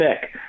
pick